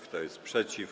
Kto jest przeciw?